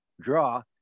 draw